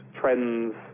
trends